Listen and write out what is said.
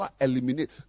eliminate